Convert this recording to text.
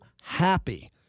happy